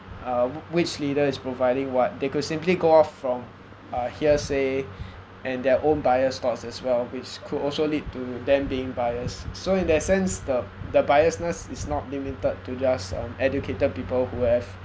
uh wh~ which leader is providing what they could simply go off from uh hearsay and their own biased thoughts as well which could also lead to them being biased so in that sense the the biasness is not limited to just um educated people who have